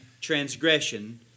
transgression